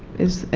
is,